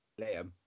Liam